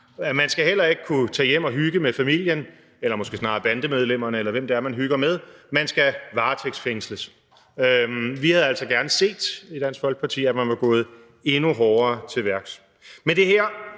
Man skal heller ikke kunne tage hjem og hygge sig med familien – eller måske snarere bandemedlemmerne, eller hvem det er, man hygger sig med. Man skal varetægtsfængsles. Vi havde i Dansk Folkeparti gerne set, at man var gået endnu hårdere til værks.